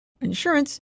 insurance